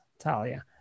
Talia